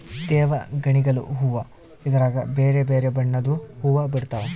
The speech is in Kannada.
ದೇವಗಣಿಗಲು ಹೂವ್ವ ಇದ್ರಗ ಬೆರೆ ಬೆರೆ ಬಣ್ಣದ್ವು ಹುವ್ವ ಬಿಡ್ತವಾ